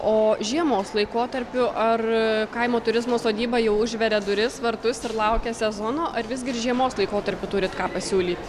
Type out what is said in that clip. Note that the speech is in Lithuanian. o žiemos laikotarpiu ar aa kaimo turizmo sodyba jau užveria duris vartus ir laukia sezono ar visgi ir žiemos laikotarpiu turit ką pasiūlyt